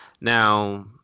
now